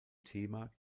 thema